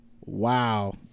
Wow